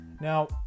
Now